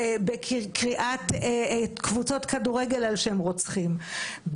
בקריאת קבוצות כדורגל על שמות רוצחים,